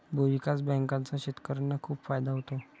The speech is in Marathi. भूविकास बँकांचा शेतकर्यांना खूप फायदा होतो